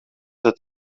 het